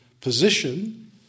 position